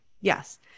Yes